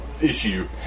issue